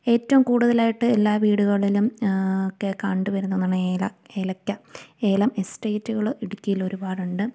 ഏറ്റവും കൂടുതലായിട്ട് എല്ലാ വീടുകളിലും ഒക്കെ കണ്ട് വരുന്ന ഒന്നാണ് ഏല ഏലയ്ക്ക ഏലം എസ്റ്റേറ്റുകള് ഇടുക്കിയിൽ ഒരുപാടുണ്ട്